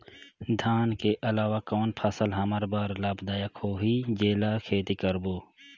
धान के अलावा कौन फसल हमर बर लाभदायक होही जेला खेती करबो?